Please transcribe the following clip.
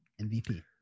MVP